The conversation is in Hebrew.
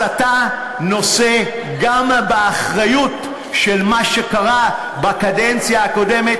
אז גם אתה נושא באחריות למה שקרה בקדנציה הקודמת.